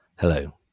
Hello